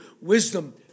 wisdom